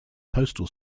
postal